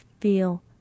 feel